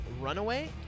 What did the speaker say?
Runaway